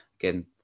again